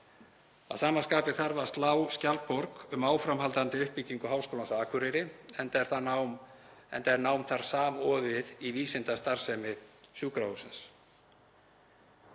Að sama skapi þarf að slá skjaldborg um áframhaldandi uppbyggingu Háskólans á Akureyri, enda er nám þar samofið vísindastarfsemi sjúkrahússins.